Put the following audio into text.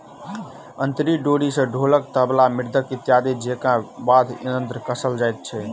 अंतरी डोरी सॅ ढोलक, तबला, मृदंग इत्यादि जेंका वाद्य यंत्र कसल जाइत छै